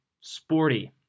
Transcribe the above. Sporty